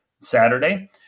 Saturday